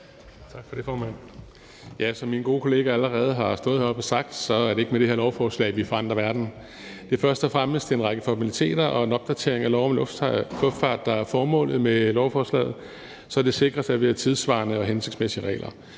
Som mine gode kollegaer allerede har stået heroppe og sagt, er det ikke med det her lovforslag, at vi forandrer verden. Det er først og fremmest en række formaliteter og en opdatering af lov om luftfart, der er formålet med lovforslaget, så det sikres, at vi har tidssvarende og hensigtsmæssige regler.